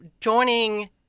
joining